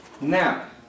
Now